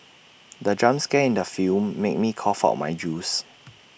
the jump scare in the film made me cough out my juice